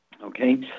Okay